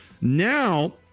Now